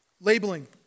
Labeling